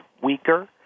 weaker